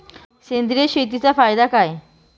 सेंद्रिय शेतीचा फायदा काय?